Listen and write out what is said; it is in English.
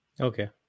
Okay